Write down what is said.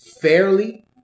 fairly